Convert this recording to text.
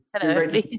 hello